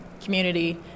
community